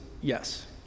yes